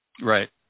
Right